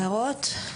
הערות.